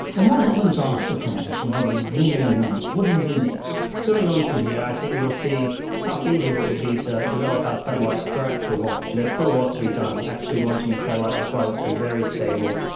and what happens after the competition, whether you win or not, what do you do next? going on from here i think we'll see how feasible it would be to develop our satellite for actual launch, there's still a lot to be done. actually launching a satellite requires it to be very stable.